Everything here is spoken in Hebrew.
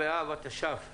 שלום לכולם,